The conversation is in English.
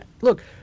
look